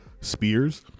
spears